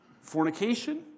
fornication